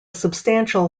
substantial